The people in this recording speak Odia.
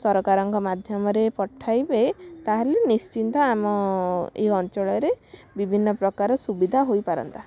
ସରକାରଙ୍କ ମାଧ୍ୟମରେ ପଠାଇବେ ତାହେଲେ ନିଶ୍ଚିନ୍ତ ଆମ ଏଇ ଅଞ୍ଚଳରେ ବିଭିନ୍ନ ପ୍ରକାର ସୁବିଧା ହୋଇପାରନ୍ତା